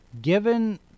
Given